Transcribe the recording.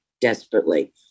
desperately